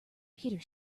peter